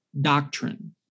doctrine